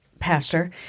Pastor